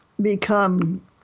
become